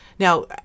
Now